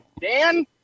Dan